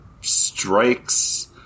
strikes